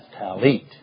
Talit